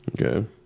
Okay